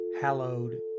hallowed